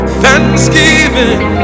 thanksgiving